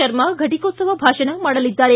ಶರ್ಮಾ ಫಟಿಕೋತ್ಸವ ಭಾಷಣ ಮಾಡಲಿದ್ದಾರೆ